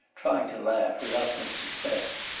trying to laugh, without much success.